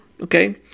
Okay